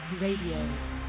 Radio